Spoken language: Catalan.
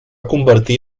convertir